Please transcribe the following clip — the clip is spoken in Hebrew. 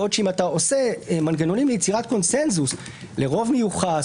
בעוד שאם אתה עושה מנגנונים ליצירת קונצנזוס לרוב מיוחד,